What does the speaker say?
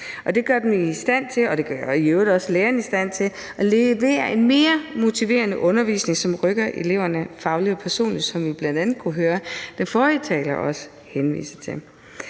lærerne i stand til at levere en mere motiverende undervisning, som rykker eleverne fagligt og personligt, hvad vi bl.a. kunne høre den forrige taler også henvise til.